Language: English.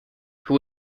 who